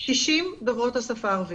60 דוברות השפה הערבית.